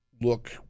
look